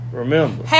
remember